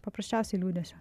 paprasčiausiai liūdesio